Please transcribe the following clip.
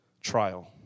Trial